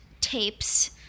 tapes